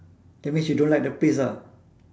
that means you don't like the place ah